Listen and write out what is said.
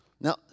Now